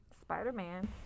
Spider-Man